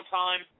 time